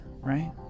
Right